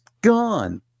gone